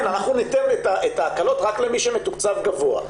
אנחנו ניתן את ההקלות רק למי שמתוקצב גבוה.